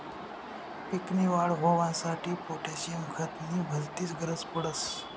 पीक नी वाढ होवांसाठी पोटॅशियम खत नी भलतीच गरज पडस